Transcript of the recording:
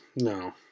no